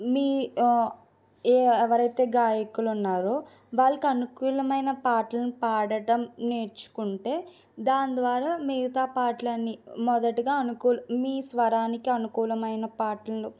మీ ఏ ఎవరైతే గాయకులు ఉన్నారో వాళ్ళకి అనుకూలమైన పాటలను పాడటం నేర్చుకుంటే దాని ద్వారా మిగతా పాటలన్నీ మొదటిగా అనుకూల మీ స్వరానికి అనుకూలమైన పాటలను